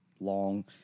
long